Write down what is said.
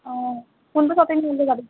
অঁ কোনবোৰ যাবি